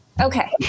Okay